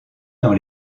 dans